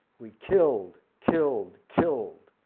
we killed, killed, killed,